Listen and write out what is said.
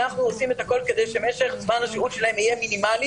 אנחנו עושים את הכול כדי שמשך זמן השהות שלהם יהיה מינימלי